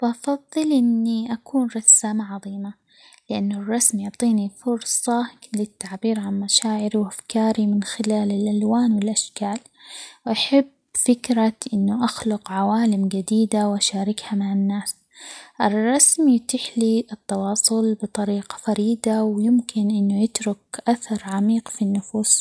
بفضل إني أكون رسامة عظيمة؛ لأن الرسم يعطيني فرصة للتعبير عن مشاعري وأفكاري من خلال الألوان ،والأشكال، أحب فكرة أنه أخلق عوالم جديدة، وأشاركها مع الناس ،الرسم يتيح لى التواصل بطريقة فريدة، ويمكن إنه يترك أثر عميق في النفوس.